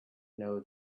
know